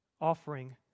offering